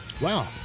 Wow